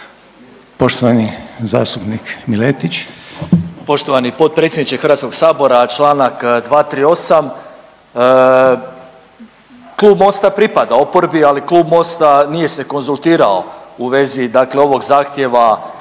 Poštovani zastupnik Kirin.